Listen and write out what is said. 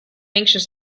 anxious